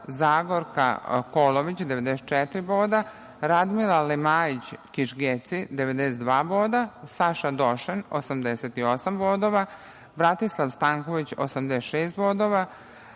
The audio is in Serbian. Zagorka Kolović - 94 boda, Ramila Lemajić Kišgeci - 92 boda, Saša Došan - 88 bodova, Bratislav Stanković - 86 bodova,